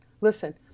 Listen